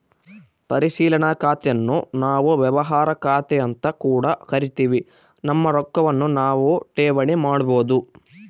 ಪರಿಶೀಲನಾ ಖಾತೆನ್ನು ನಾವು ವ್ಯವಹಾರ ಖಾತೆಅಂತ ಕೂಡ ಕರಿತಿವಿ, ನಮ್ಮ ರೊಕ್ವನ್ನು ನಾವು ಠೇವಣಿ ಮಾಡಬೋದು